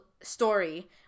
story